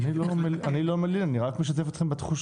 אני לא מלין, אני רק משתף אתכם בתחושות.